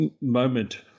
moment